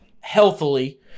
healthily